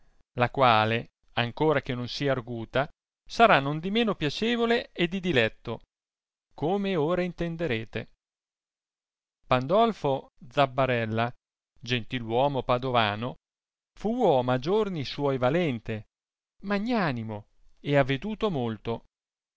la quale ancora che non sia arguta sarà nondimeno piacevole e di diletto come ora intenderete pandoll'o zabbarella gentil uomo padovano fu uomo a giorni suoi valente magnanimo e aveduto molto